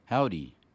Howdy